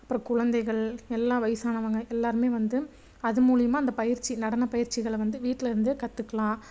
அப்புறம் குழந்தைகள் எல்லாம் வயசானவங்க எல்லாருமே வந்து அது மூலியமாக அந்த பயிற்சி நடன பயிற்சிகளை வந்து வீட்டுலேருந்து கத்துக்கலாம்